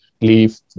leave